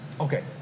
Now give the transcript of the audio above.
Okay